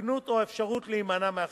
הגנות או אפשרויות להימנע מהחיוב.